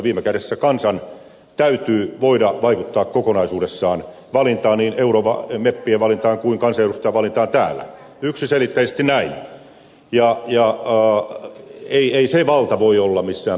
viime kädessä kansan täytyy voida vaikuttaa kokonaisuudessaan valintaan niin meppien valintaan kuin kansanedustajien valintaan täällä yksiselitteisesti näin eikä se valta voi olla missään puoluetoimistossa